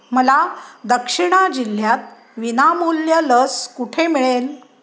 मला दक्षिणा जिल्ह्यात विनामूल्य लस कुठे मिळेल